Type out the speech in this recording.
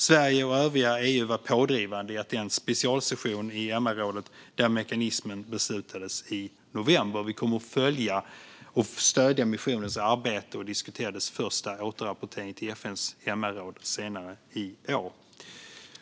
Sverige och övriga EU var pådrivande i den specialsession i MRrådet i november där mekanismen beslutades. Vi kommer att följa och stödja missionens arbete och diskutera dess första återrapportering till FN:s MRråd senare i år.